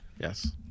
Yes